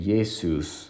Jesus